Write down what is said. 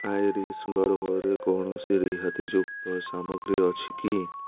Irish ଗର୍ଭରେ କୌଣସି ରିହାତିଯୁକ୍ତ ସାମଗ୍ରୀ ଅଛି କି